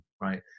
Right